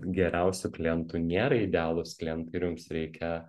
geriausių klientų nėra idealūs klientai ir jums reikia